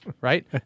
right